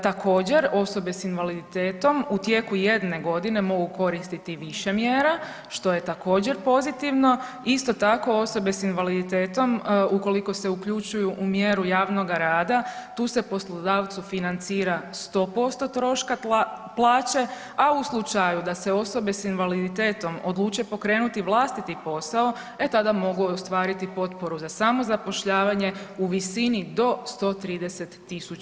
Također osobe s invaliditetom u tijeku jedne godine mogu koristiti više mjera, što je također pozitivno, isto tako osobe s invaliditetom ukoliko se uključuju u mjeru javnoga rada tu se poslodavcu financira 100% troška plaće, a u slučaju da se osobe s invaliditetom odluče pokrenuti vlastiti posao, e tada mogu ostvariti potporu za samozapošljavanje u visini do 130.000 kuna.